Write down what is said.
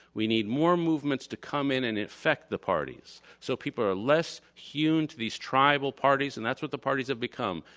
we need more movements to come in and affect the parties so people are less hewn to these tribal parties and that's what the parties have become,